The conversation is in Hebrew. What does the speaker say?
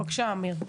בבקשה אמיר,